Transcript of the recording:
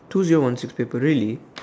two zero one six paper really